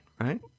right